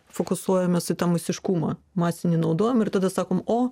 fokusuojames į tą masiškumą masinį naudojamą ir tada sakom o